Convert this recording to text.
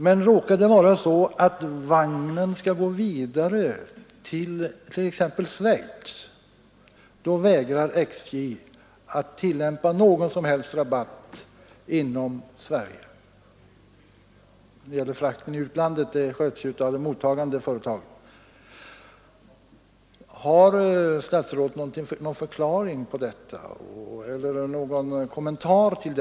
Men om vagnen skall gå vidare till t.ex. Schweiz, då vägrar SJ att ge någon som helst rabatt inom Sverige. Fraktkostnaderna i utlandet handhas av det mottagande företaget. Har statsrådet någon förklaring eller kommentar att göra i det sammanhanget?